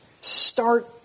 start